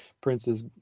Prince's